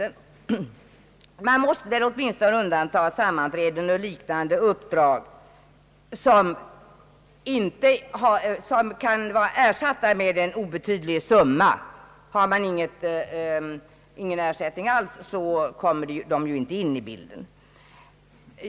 Man måste väl här åtminstone undanta sammanträden och liknande uppdrag, för vilka kvinnan kanske får en obetydlig ersättning. Har man ingen ersättning alls, kommer ju dessa uppdrag inte in 1 bilden.